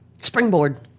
Springboard